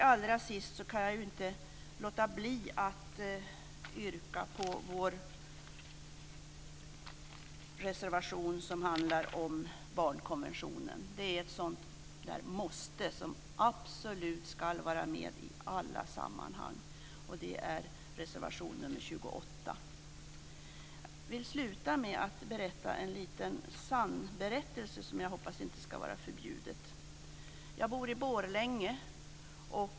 Allra sist kan jag inte låta bli att yrka bifall till vår reservation som handlar om barnkonventionen. Det är ett måste, som absolut ska vara med i alla sammanhang. Det är reservation nr 28. Avslutningsvis vill jag berätta en sannberättelse, vilket jag hoppas inte ska vara förbjudet. Jag bor i Borlänge.